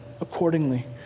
accordingly